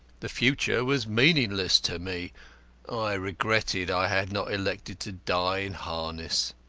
the future was meaningless to me i regretted i had not elected to die in harness.